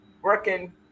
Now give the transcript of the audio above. working